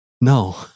no